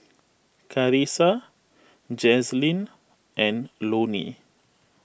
Carisa Jazlyn and Loni